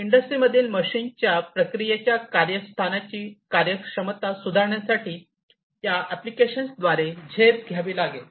इंडस्ट्रीमधील मशीनच्या प्रक्रियेच्या कार्यस्थानाची कार्यक्षमता सुधारण्यासाठी या एप्लीकेशन्सद्वारे झेप घ्यावी लागेल